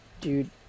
dude